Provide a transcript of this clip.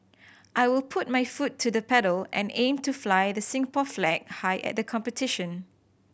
I will put my foot to the pedal and aim to fly the Singapore flag high at the competition